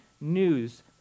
news